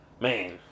man